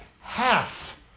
half